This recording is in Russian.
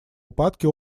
упадке